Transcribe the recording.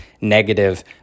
negative